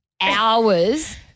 hours